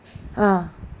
uh